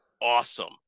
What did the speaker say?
awesome